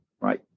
right